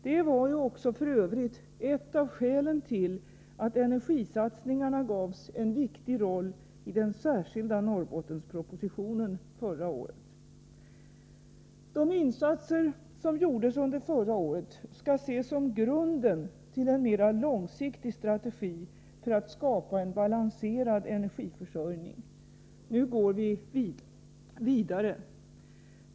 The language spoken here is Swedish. Det var ju också f. ö. ett av skälen till att energisatsningarna gavs en viktig roll i den särskilda Norrbottenpropositionen förra året. De insatser som gjordes under förra året skall ses som grunden till en mera långsiktig strategi för att skapa en balanserad energiförsörjning. Nu går vi vidare.